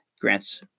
grants